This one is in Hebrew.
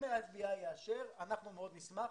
אם ה-FBI יאשר, אנחנו מאוד נשמח.